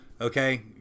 okay